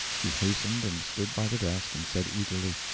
he hastened and stood by the desk, and said eagerly,